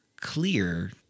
clear